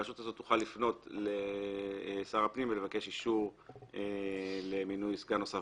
הרשות הזאת תוכל לפנות לשר הפנים ולבקש אישור למינוי סגן נוסף